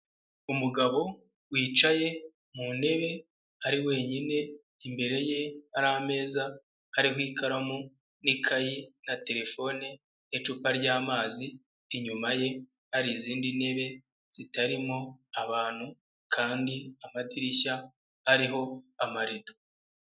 Umugabo wicaye mu ntebe ari wenyine imbere ye hari ameza, hariho ikaramu n'ikayi na telefone n'icupa ry'amazi, inyuma ye hari izindi ntebe zitarimo abantu kandi amadirishya ariho amarido.